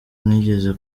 nigeze